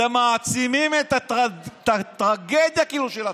אתם כאילו מעצימים את הטרגדיה של עצמכם.